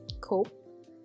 cope